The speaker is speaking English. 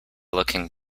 looking